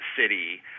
city